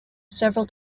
several